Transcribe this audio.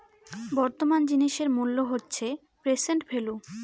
বর্তমান জিনিসের মূল্য হল প্রেসেন্ট ভেল্যু